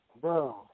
bro